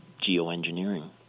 geoengineering